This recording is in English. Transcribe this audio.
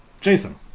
Jason